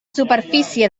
superfície